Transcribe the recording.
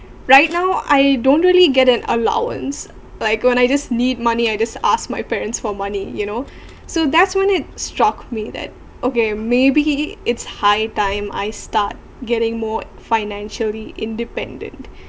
right now I don't really get an allowance like when I just need money I just asked my parents for money you know so that's when it struck me that okay maybe it's high time I start getting more financially independent